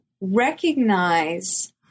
recognize